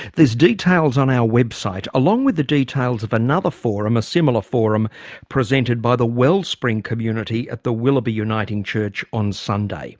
there's details on our website along with the details of another forum, a similar forum presented by the wellspring community at the willoughby uniting church on sunday.